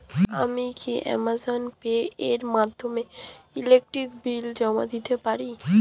আমি কি Amazon Pay এর মাধ্যমে ইলেকট্রিক বিল জমা দিতে পারি?